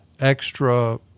extra